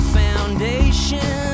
foundation